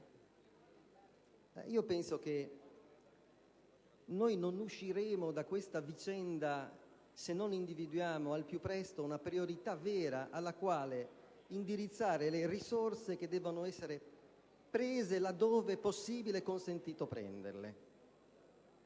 di respiro. Noi non usciremo da questa vicenda se non individuiamo al più presto una priorità vera, alla quale indirizzare le risorse che devono essere prese dove è possibile e consentito prenderle.